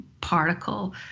particle